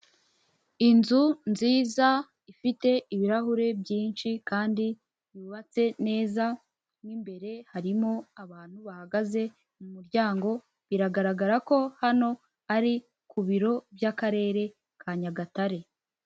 Inzu nziza ifite ibirahure byinshi kandi yubatse neza, mo imbere harimo abantu bahagaze mu muryango, biragaragara ko hano ari ku biro bykarere ka Nyagatare.